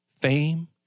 Fame